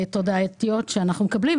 התודעתיות שאנחנו מקבלות בתור נשים.